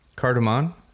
cardamom